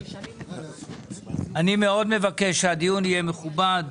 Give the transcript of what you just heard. אני מאוד מבקש שהדיון יהיה מכובד,